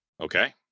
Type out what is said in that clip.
Okay